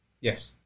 Yes